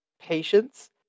patience